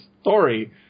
story